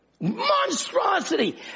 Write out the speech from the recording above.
monstrosity